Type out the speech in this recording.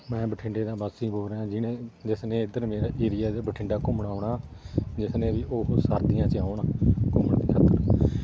ਮੈਂ ਬਠਿੰਡੇ ਦਾ ਵਾਸੀ ਬੋਲ ਰਿਹਾ ਜਿਨ੍ਹੇ ਜਿਸ ਨੇ ਇੱਧਰ ਮੇਰਾ ਏਰੀਆ ਬਠਿੰਡਾ ਘੁੰਮਣ ਆਉਣਾ ਜਿਸ ਨੇ ਵੀ ਉਹ ਸਰਦੀਆਂ 'ਚ ਆਉਣ ਘੁੰਮਣ ਦੀ ਖਾਤਰ